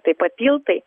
taip pat tiltai